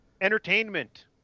entertainment